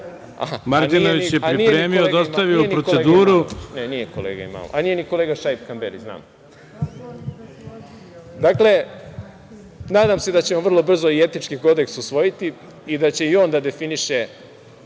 Martinović je pripremio, dostavio u proceduru.)Nije ni kolega Šaip Kamberi, znam. Dakle, nadam se da ćemo vrlo brzo i etički kodeks usvojiti i da će i on da definiše